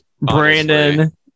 Brandon